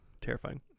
terrifying